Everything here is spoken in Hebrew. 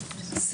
ברשותכם.